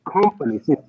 companies